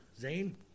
Zane